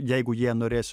jeigu jie norės